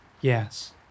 yes